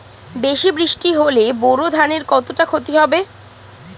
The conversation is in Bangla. বেশি বৃষ্টি হলে বোরো ধানের কতটা খতি হবে?